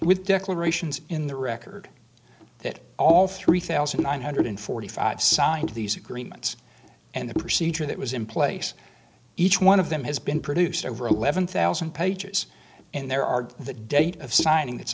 with declarations in the record that all three thousand nine hundred and forty five signed these agreements and the procedure that was in place each one of them has been produced over eleven thousand pages and there are the date of signing that's